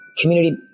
community